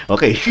Okay